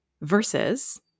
versus